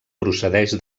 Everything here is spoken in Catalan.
procedeix